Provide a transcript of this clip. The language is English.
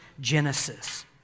Genesis